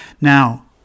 Now